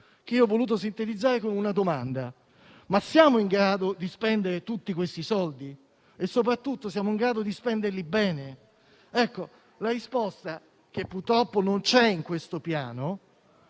che io ho voluto sintetizzare con una domanda: ma siamo in grado di spendere tutti questi soldi? Soprattutto, siamo in grado di spenderli bene? La risposta, che purtroppo non c'è in questo Piano,